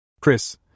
Chris